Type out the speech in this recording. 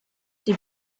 die